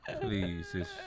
please